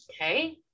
okay